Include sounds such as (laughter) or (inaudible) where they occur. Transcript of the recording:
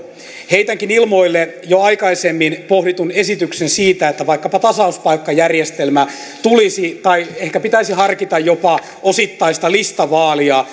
heitänkin ilmoille jo aikaisemmin pohditun esityksen siitä että vaikkapa tasauspaikkajärjestelmä tulisi tai ehkä pitäisi harkita jopa osittaista listavaalia (unintelligible)